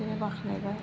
बिदिनो बाख्नायबाय